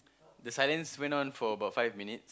the silence went on for about five minute